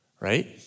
right